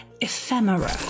Ephemera